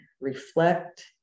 reflect